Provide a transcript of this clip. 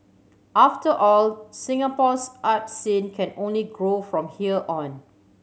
after all Singapore's art scene can only grow from here on